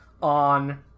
on